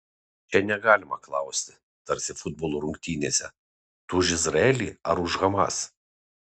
čia negalima klausti tarsi futbolo rungtynėse tu už izraelį ar už hamas